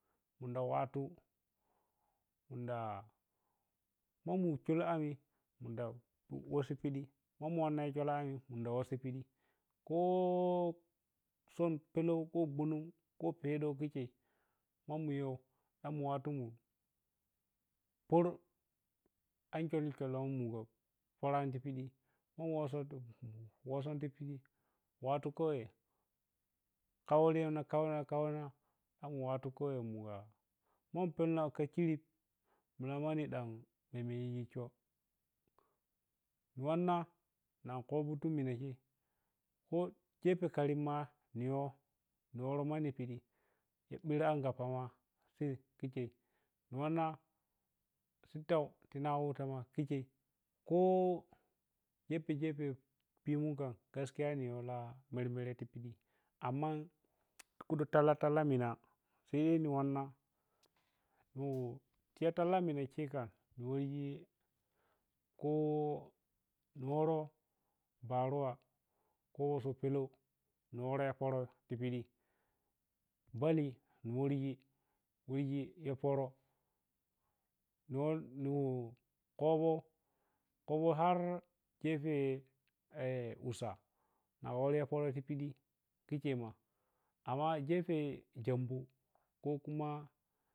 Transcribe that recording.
Mumda wattu, munda ma mu kyol a mi munda wasu piɗi manmu wanna ya kholina munda wasi piɗi kho sum peleu kho ʒhunum kho pedeu khei ma mu yoh ma mu yoh wattu mu pərə an kyoni kyolen mu so piramiti piɗi mammu waso wosoti piɗi wattu kauye khaurema khauna khauna khamu wattu kuaye ma kha ammu pema kha kirip mina mani ɗan mamiyiyi kyo mu wanna na khobo tu minangai kho sepe karim ma niyoh woro manni piɗi ɓir angappa ma khe khi khei ni wanna sittati nahuta ma khi khei kho gepe gepe pimu kham gaskiya niyoh lah mermere ti piɗi amman khudu talla-talla minah sai ni wanna mu tiya talla minah khe kham ni warji kho mu wərə baruwa kho so peleu ni wəreiporo ti piɗi bali mu wurgi wurgi ya poro ni khobo khobo har gepe ussa ma woro an fun yi piɗi khi khe ma, amma gepe genbu kho khuma.